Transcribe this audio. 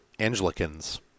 Anglicans